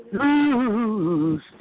lose